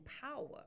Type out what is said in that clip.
power